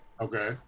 Okay